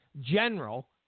general